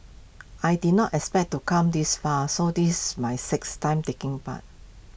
I did not expect to come this far so this my sixth time taking part